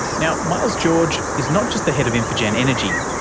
now, miles george is not just the head of infigen energy,